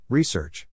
Research